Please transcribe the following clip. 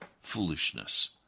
Foolishness